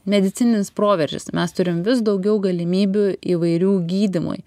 medicininis proveržis mes turim vis daugiau galimybių įvairių gydymui